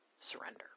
Surrender